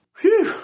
Phew